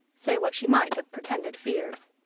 say what she might of pretended fears.